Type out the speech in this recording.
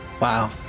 Wow